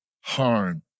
harm